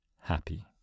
happy